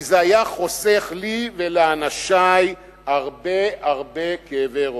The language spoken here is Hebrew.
כי זה היה חוסך לי ולאנשי הרבה-הרבה כאבי ראש.